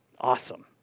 Awesome